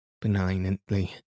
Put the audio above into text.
benignantly